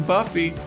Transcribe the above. Buffy